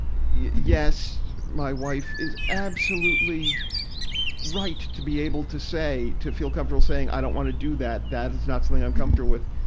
yes, my wife is absolutely right to be able to say, to be comfortable saying, i don't want to do that. that is not something i am comfortable with.